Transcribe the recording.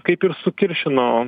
kaip ir sukiršino